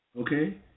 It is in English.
Okay